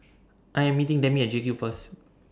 I Am meeting Demi At JCube First